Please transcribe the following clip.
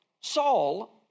Saul